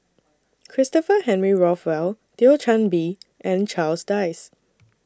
Christopher Henry Rothwell Thio Chan Bee and Charles Dyce